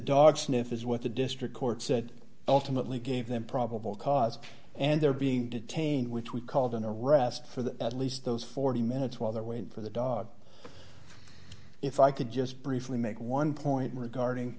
dog sniff is what the district courts that ultimately gave them probable cause and they're being detained which we called an arrest for the at least those forty minutes while they're waiting for the dog if i could just briefly make one point regarding